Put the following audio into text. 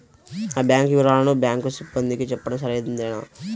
నా బ్యాంకు వివరాలను బ్యాంకు సిబ్బందికి చెప్పడం సరైందేనా?